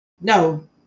No